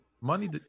money